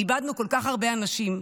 איבדנו כל כך הרבה אנשים,